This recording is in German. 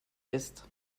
ist